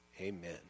Amen